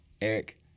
Eric